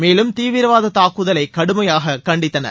மேலும் தீவிரவாத தாக்குதலை கடுமையாக கண்டித்தனர்